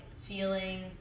feeling